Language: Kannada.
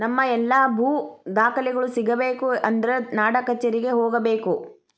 ನಮ್ಮ ಎಲ್ಲಾ ಭೂ ದಾಖಲೆಗಳು ಸಿಗಬೇಕು ಅಂದ್ರ ನಾಡಕಛೇರಿಗೆ ಹೋಗಬೇಕು